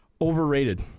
Overrated